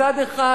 מצד אחד,